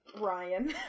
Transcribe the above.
Ryan